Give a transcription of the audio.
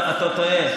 אתה טועה.